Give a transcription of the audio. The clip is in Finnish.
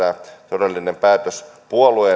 todellinen puolueen päätös